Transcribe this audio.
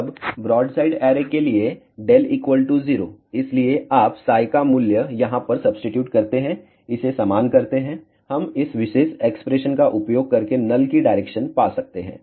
अब broadside array के लिए δ 0 इसलिए आप का मूल्य यहां पर सब्सीट्यूट करते हैं इसे समान करते हैं हम इस विशेष एक्सप्रेशन का उपयोग करके नल की डायरेक्शन पा सकते हैं